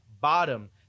bottom